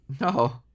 No